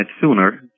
sooner